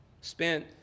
Spent